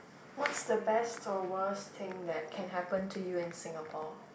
what's the best or worst thing that can happen to you in Singapore